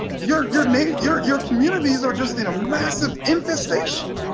your your nature, your your communities, are just in a massive infestation